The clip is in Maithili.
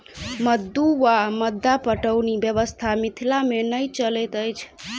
मद्दु वा मद्दा पटौनी व्यवस्था मिथिला मे नै चलैत अछि